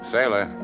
Sailor